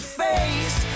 face